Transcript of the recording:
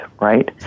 right